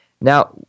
Now